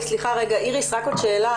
סליחה, איריס, רק עוד שאלה.